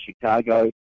Chicago